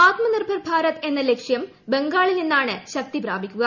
ആത്മനിർഭർ ഭാരത് എന്ന ലക്ഷ്യം ബംഗാളിൽ നിന്നാണ് ശക്തിപ്രാപിക്കുക